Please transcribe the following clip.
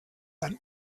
ein